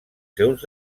seus